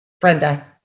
Brenda